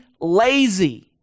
lazy